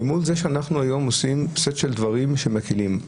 מול זה שאנחנו היום עושים סט של דברים שמקלים.